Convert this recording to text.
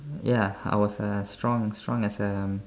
ya I was uh strong strong as a